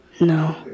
no